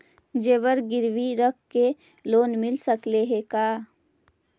जेबर गिरबी रख के लोन मिल सकले हे का?